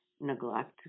neglect